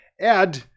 Add